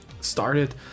started